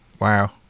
Wow